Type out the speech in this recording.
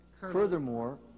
Furthermore